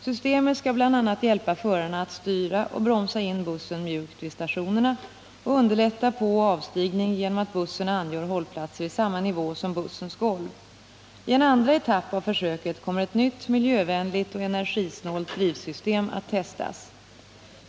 Systemet skall bl.a. hjälpa förarna att styra och bromsa in bussen mjukt vid stationerna och underlätta påoch avstigning genom att bussen angör hållplatser i samma nivå som bussens golv. I en andra etapp av försöket kommer ett nytt miljövänligt och energisnålt drivsystem att testas.